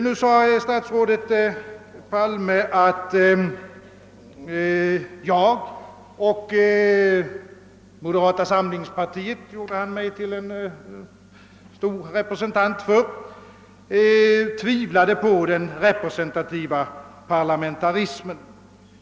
Herr statsrådet Palme sade, att jag och moderata samlingspartiet, som han gjorde mig till en stor representant för, tvivlade på den representativa parlamentarismen.